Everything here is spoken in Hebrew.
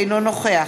אינו נוכח